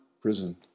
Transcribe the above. prison